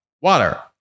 water